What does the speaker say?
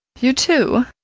you too?